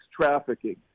trafficking